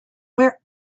where